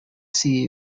see